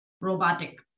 robotic